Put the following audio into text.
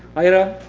ira,